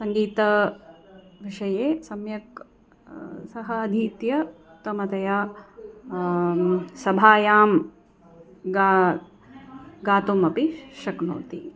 सङ्गीतविषये सम्यक् सः अधीत्य उत्तमतया सभायां गा गातुमपि शक्नोति